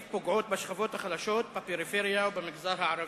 פוגעות בשכבות החלשות בפריפריה ובמגזר הערבי.